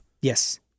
Yes